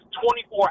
24